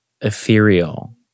ethereal